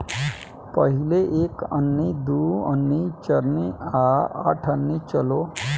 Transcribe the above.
पहिले एक अन्नी, दू अन्नी, चरनी आ अठनी चलो